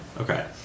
Okay